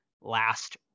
last